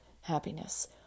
happiness